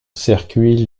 circuits